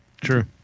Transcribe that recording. True